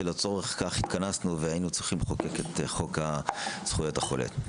שלצורך כך התכנסנו והיינו צריכים לחוקק את חוק זכויות החולה.